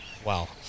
Wow